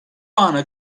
ana